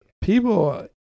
people